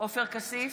עופר כסיף,